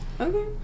Okay